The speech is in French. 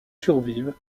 survivent